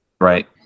right